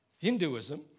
Hinduism